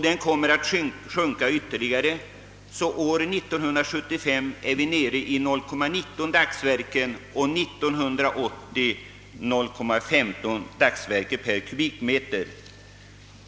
Den kommer att sjunka ytterligare, så att vi år 1975 är nere i 0,19 dagsverken och 1980 i 0,15 dagsverken per kubikmeter.